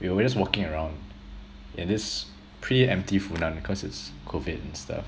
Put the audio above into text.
we were just walking around in this pretty empty funan because it's COVID and stuff